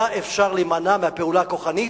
היה אפשר להימנע מהפעולה הכוחנית,